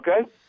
okay